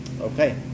okay